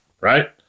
right